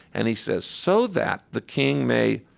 and he says, so that the king may